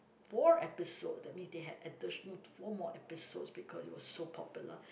four episodes that means they had additional four more episodes because it was so popular